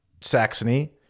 Saxony